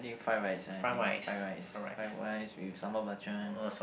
I think fried rice I think fried rice fried rice with sambal belacan